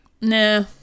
nah